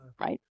Right